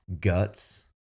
Guts